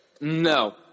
No